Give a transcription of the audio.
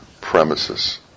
premises